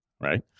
right